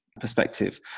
perspective